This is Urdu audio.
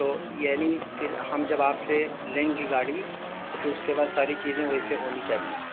تو یعنی پھر ہم جب آپ سے لیں گے گاڑی تو پھر اس کے بعد ساری چیزیں ویسے ہونی چاہییں